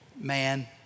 man